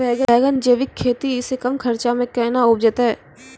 बैंगन जैविक खेती से कम खर्च मे कैना उपजते?